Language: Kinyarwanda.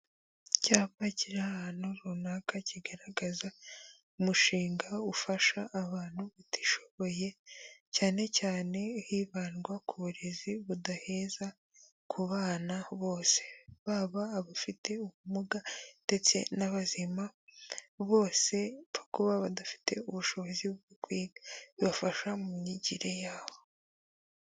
Icyapa kiri ahantu runaka kigaragaza umushinga ufasha abantu batishoboye, cyane cyane hibandwa ku burezi budaheza ku bana bose, baba abafite ubumuga ndetse n'abazima, bose mfa kuba badafite ubushobozi bwo kwiga bafasha mu myigire yabo.